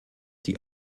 die